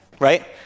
right